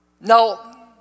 Now